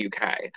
UK